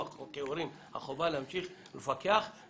אני רק אומר לך שמבחינתי בטיחות,